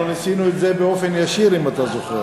אנחנו ניסינו את זה באופן ישיר, אם אתה זוכר.